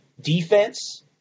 defense